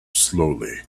slowly